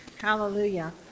Hallelujah